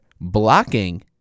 Blocking